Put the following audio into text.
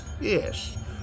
Yes